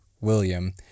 William